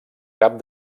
cap